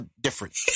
different